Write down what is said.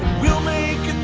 we'll make